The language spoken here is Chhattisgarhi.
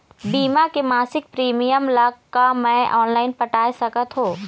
बीमा के मासिक प्रीमियम ला का मैं ऑनलाइन पटाए सकत हो?